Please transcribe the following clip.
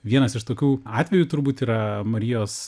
vienas iš tokių atvejų turbūt yra marijos